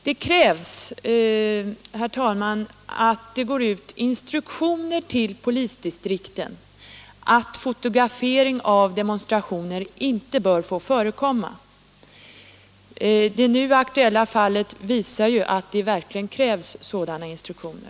Det krävs, herr talman, att det går ut instruktioner till polisdistrikten om att fotografering av demonstrationer inte bör få förekomma. Det nu aktuella fallet visar att det verkligen krävs sådana instruktioner.